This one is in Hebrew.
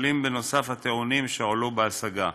נשקלים בנוסף הטיעונים שהועלו בהשגה.